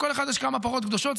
לכל אחד יש כמה פרות קדושות,